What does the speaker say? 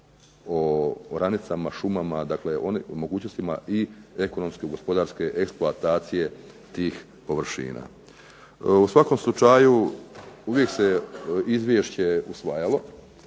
o oranicama, šumama, dakle mogućnostima i ekonomske, gospodarske eksploatacije tih površina. U svakom slučaju uvijek se izvješće usvajalo,